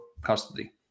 custody